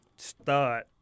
Start